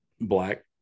black